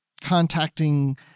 contacting